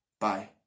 bye